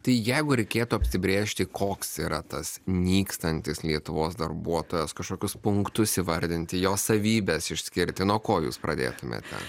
tai jeigu reikėtų apsibrėžti koks yra tas nykstantis lietuvos darbuotojas kažkokius punktus įvardinti jo savybes išskirti nuo ko jūs pradėtumėte